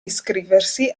iscriversi